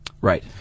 Right